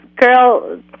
girl